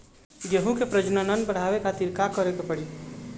गेहूं के प्रजनन बढ़ावे खातिर का करे के पड़ी?